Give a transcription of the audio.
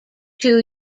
two